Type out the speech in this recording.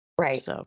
Right